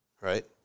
right